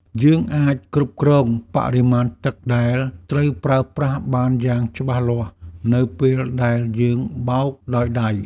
យើងអាចគ្រប់គ្រងបរិមាណទឹកដែលត្រូវប្រើប្រាស់បានយ៉ាងច្បាស់លាស់នៅពេលដែលយើងបោកដោយដៃ។